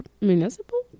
municipal